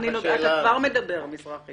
אתה כבר מדבר, מזרחי.